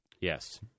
Yes